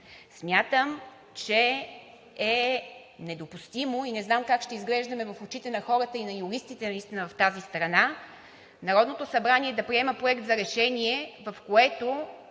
Смятам, че е недопустимо, и не знам как ще изглеждаме в очите на хората и на юристите наистина в тази страна, Народното събрание да приема Проект за решение, в което